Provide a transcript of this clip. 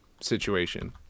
situation